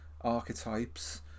archetypes